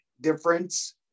difference